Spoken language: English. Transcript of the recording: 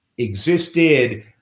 existed